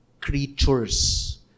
creatures